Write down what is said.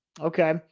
Okay